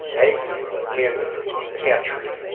eggs in pantry.